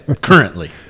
Currently